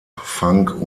funk